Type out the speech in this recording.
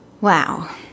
Wow